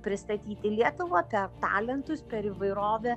pristatyti lietuvą apie talentus per įvairovę